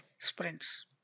sprints